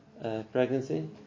pregnancy